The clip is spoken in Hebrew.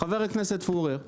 חבר הכנסת פורר,